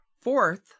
fourth